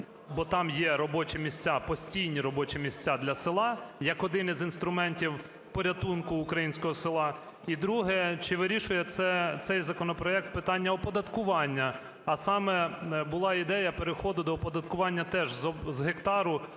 бо там є робочі місця, постійні робочі місця для села, як один із інструментів порятунку українського села? І друге. Чи вирішує це цей законопроект питання оподаткування? А саме: була ідея переходу до оподаткування теж з гектару